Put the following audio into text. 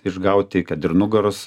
išgauti kad ir nugaros